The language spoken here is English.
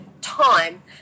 time